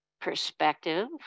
perspective